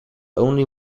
only